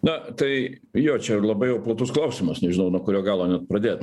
na tai jo čia ir labai jau platus klausimas nežinau nuo kurio galo net pradėt